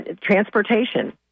transportation